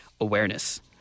awareness